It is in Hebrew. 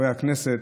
חברי הכנסת,